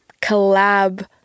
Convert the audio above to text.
collab